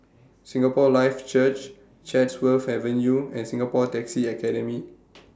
Singapore Life Church Chatsworth Avenue and Singapore Taxi Academy